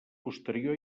posterior